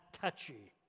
touchy